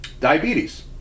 diabetes